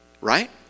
right